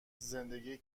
زندگی